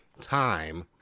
time